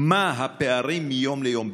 מה הפערים מיום ליום,